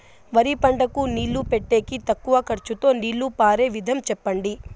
వరి పంటకు నీళ్లు పెట్టేకి తక్కువ ఖర్చుతో నీళ్లు పారే విధం చెప్పండి?